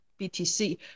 BTC